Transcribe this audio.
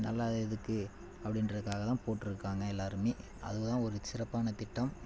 நல்லா இதுக்கு அப்படின்றக்காகதான் போட்டிருக்காங்க எல்லாருமே அதுதான் ஒரு சிறப்பான திட்டம்